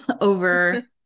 over